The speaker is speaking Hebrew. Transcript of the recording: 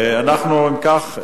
אם כך,